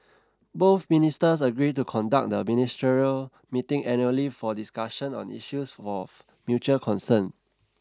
both ministers agreed to conduct the ministerial meeting annually for discussions on issues for mutual concern